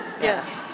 yes